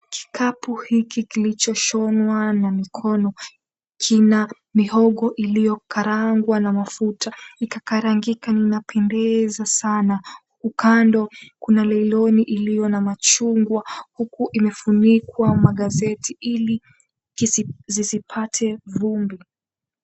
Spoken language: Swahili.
Kikapu hiki kilichoshonwa na mikono kina mihogo iliyokarangwa na mafuta. Ikakarangika inanipendeza sana. Huku kando kuna leiloni iliyo na machungwa huku imefunikwa magazeti ili zisipate vumbi.